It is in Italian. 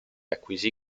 acquisì